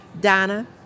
Donna